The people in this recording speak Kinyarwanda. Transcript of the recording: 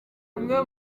umwe